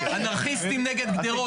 אנרכיסטים נגד גדרות.